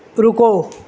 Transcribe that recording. رکو